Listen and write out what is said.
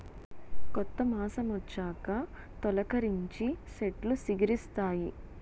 కొత్త మాసమొచ్చాక తొలికరించి సెట్లు సిగిరిస్తాయి